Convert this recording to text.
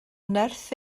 nerth